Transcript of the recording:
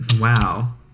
Wow